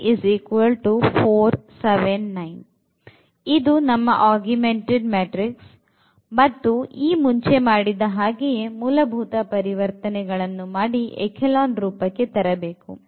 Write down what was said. ಇದು ನಮ್ಮ augmented matrix ಮತ್ತು ಈ ಮುಂಚೆ ಮಾಡಿದ ಹಾಗೆಯೇ ಮೂಲಭೂತ ಪರಿವರ್ತನೆಗಳನ್ನು ಮಾಡಿ echelon ರೂಪಕ್ಕೆ ತರಬೇಕು